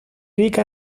rica